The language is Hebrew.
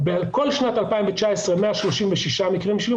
ובכל שנת 2019 136 מקרים של איום,